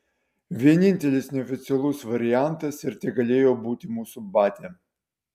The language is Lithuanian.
vienintelis neoficialus variantas ir tegalėjo būti mūsų batia